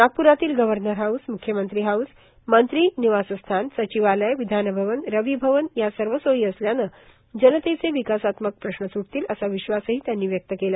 नागप्रातील governor house मुख्यमंत्री house मंत्री निवासस्थान सचिवालय विधान भवन रवि भवन या सर्व सोयी असल्याने जनतेचे विकासात्मक प्रश्न सुटतील असा विश्वासही त्यांनी व्यक्त केला